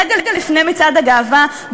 רגע לפני מצעד הגאווה,